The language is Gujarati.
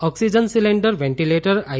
oxygen cylinder ventilator I